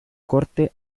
corte